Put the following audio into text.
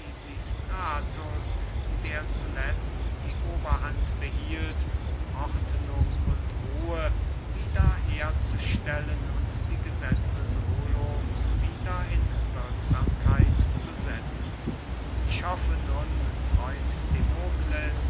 pisistratus der zuletzt die oberhand behielt ordnung und ruhe wieder herzustellen und die gesetze solons wieder in wirksamkeit zu setzen ich hoffe nun freund